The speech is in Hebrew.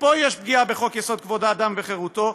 ופה יש פגיעה בחוק-יסוד: כבוד האדם וחירותו,